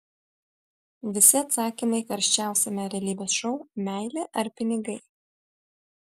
visi atsakymai karščiausiame realybės šou meilė ar pinigai